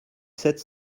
sept